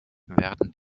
werden